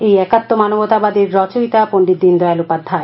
এই একাত্ব মানববাদের রচয়িতা পণ্ডিত দীনদয়াল উপাধ্যায়